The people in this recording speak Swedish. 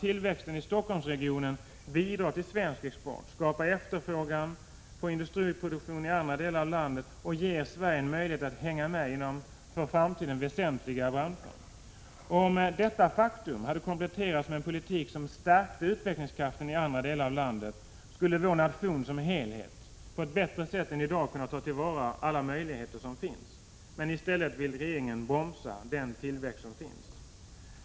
Tillväxten i Stockholmsregionen bidrar till svensk export, skapar efterfrågan på industriproduktion i andra delar av landet och ger Sverige en möjlighet att hänga med inom för framtiden väsentliga branscher. Om man hade tagit vara på detta och kompletterat det med en politik som stärkt utvecklingskraften i andra delar av landet, skulle vår nation som helhet på ett bättre sätt ha kunnat ta till vara alla de möjligheter som finns. I stället vill regeringen bromsa tillväxten.